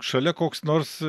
šalia koks nors